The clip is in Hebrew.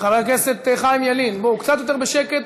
חבר הכנסת חיים ילין, קצת יותר בשקט.